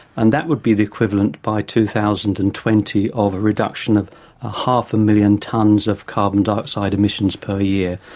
and that would be the equivalent, by two thousand and twenty, of a reduction of ah half a million tonnes of carbon dioxide emissions per year.